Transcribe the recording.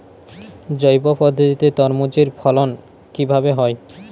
জৈব পদ্ধতিতে তরমুজের ফলন কিভাবে হয়?